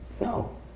No